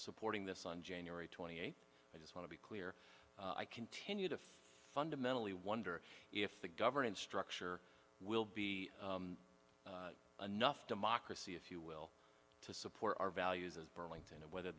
supporting this on january twenty eighth i just want to be clear i continue to fund a mentally wonder if the governance structure will be enough democracy if you will to support our values as burlington and whether